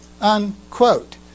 unquote